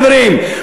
חברים.